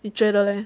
你觉得 leh